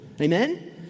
amen